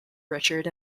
richard